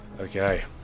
okay